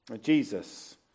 Jesus